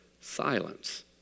Silence